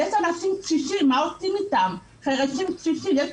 יש חירשים קשישים, מה עושים איתם?